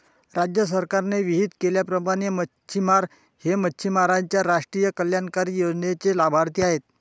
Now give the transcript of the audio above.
राज्य सरकारने विहित केल्याप्रमाणे मच्छिमार हे मच्छिमारांच्या राष्ट्रीय कल्याणकारी योजनेचे लाभार्थी आहेत